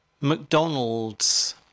McDonald's